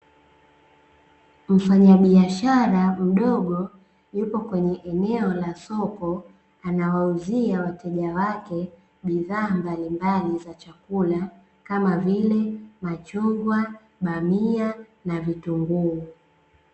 Mfanyabiashara mdogo yuko kwenye eneo la soko, anawauzia wateja wake bidhaa mbalimbali za chakula, kama vile: machungwa, bamia na vitunguu.